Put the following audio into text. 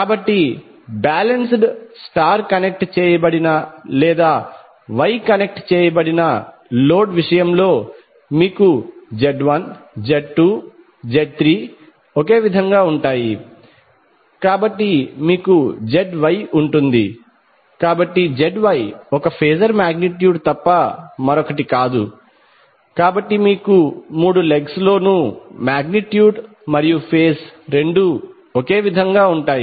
కాబట్టి balanced star connect చేయబడిన లేదా వై కనెక్ట్ చేయబడిన లోడ్ విషయంలో మీకు Z1 Z2 Z3 ఒకే విధంగా ఉంటాయి కాబట్టి మీకు ZYఉంటుంది కాబట్టి ZY ఒక ఫేజర్ మాగ్నిట్యూడ్ తప్ప మరొకటి కాదు కాబట్టి మీకు మూడు లెగ్స్ లో నూ మాగ్నిట్యూడ్ మరియు ఫేజ్ రెండూ ఒకే విధంగా ఉంటాయి